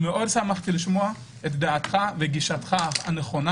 מאוד שמחתי לשמוע את דעתך וגישתך הנכונה